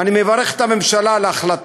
ואני מברך את הממשלה על ההחלטה.